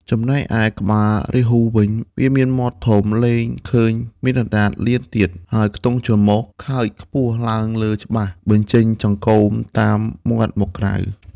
ចំណែកឯ ក្បាលរាហ៊ូវិញ វាមានមាត់ធំ លែងឃើញមានអណ្តាតលៀនទៀត ហើយខ្នង់ ច្រមុះខើចខ្ពស់ឡើងលើច្បាស់ បញ្ចេញចង្កូមតាមមាត់មកក្រៅ។